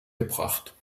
gebracht